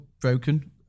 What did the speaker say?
broken